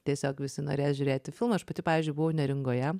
tiesiog visi norės žiūrėti filmą aš pati pavyzdžiui buvo neringoje